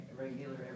regular